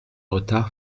retard